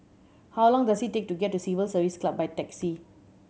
how long does it take to get to Civil Service Club by taxi